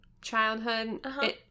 childhood